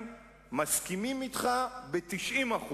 מסכימים אתך ב-90%.